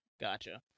Gotcha